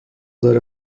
داره